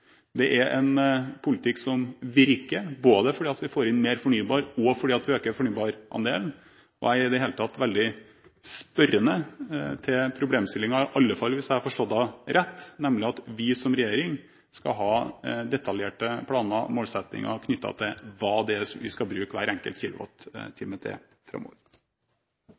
Det er en politikk som virker, både fordi vi får inn mer fornybar, og fordi vi øker fornybarandelen. Jeg er i det hele tatt veldig spørrende til problemstillingen, i alle fall hvis jeg har forstått det rett, nemlig at vi som regjering skal ha detaljerte planer og målsettinger knyttet til hva det er vi skal bruke hver enkelt kilowattime til framover.